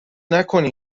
نکنی